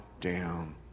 down